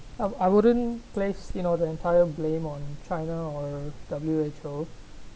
um I wouldn't place you know the entire blame on china or W_H_O